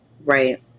Right